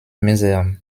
museum